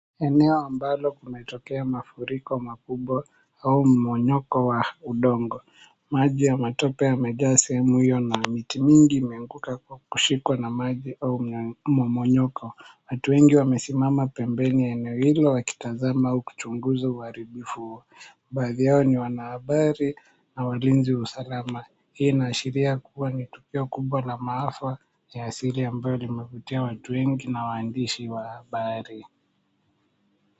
Eneo ambalo kumetokea mafuriko makubwa au mmomonyoko wa udongo. Maji ya matope yamejaa sehemu hiyo na miti mingi imeanguka kwa kushikwa na maji au mmomonyoko. Watu wengi wamesimama pembeni eneo hilo wakitazama au kuchunguza uharibifu huo. Baadhi yao ni wanahabari na walinzi wa usalama. Hii inaashiria kuwa ni tukio kubwa la maafa ya asili ambayo limevutia watu wengi na waandishi wa habari.